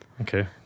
Okay